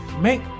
Make